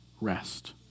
rest